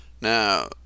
Now